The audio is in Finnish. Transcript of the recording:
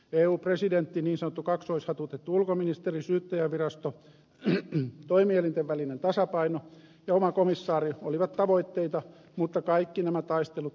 eu presidentti niin sanottu kaksoishatutettu ulkoministeri syyttäjänvirasto toimielinten välinen tasapaino ja oma komissaari olivat tavoitteita mutta kaikki nämä taistelut hallitus hävisi